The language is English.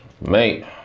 mate